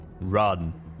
Run